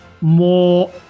more